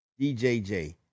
DJJ